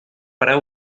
para